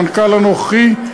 המנכ"ל הנוכחי.